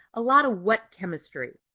a lot of wet chemistry.